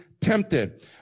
tempted